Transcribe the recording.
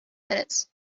minutes